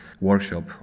workshop